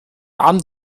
abend